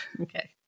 Okay